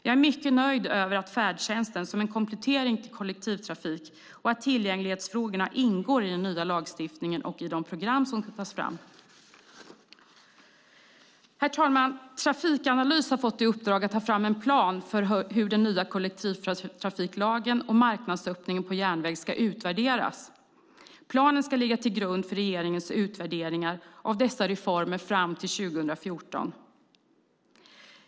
Jag är mycket nöjd över att tillgänglighetsfrågorna och färdtjänst som en komplettering till kollektivtrafiken ingår i den nya lagen och de program som ska tas fram. Herr talman! Trafikanalys har fått i uppdrag att ta fram en plan för hur den nya kollektivtrafiklagen och marknadsöppningen på järnväg ska utvärderas. Planen ska ligga till grund för regeringens utvärderingar av dessa reformer fram till 2014.